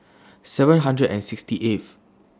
seven hundred and sixty eighth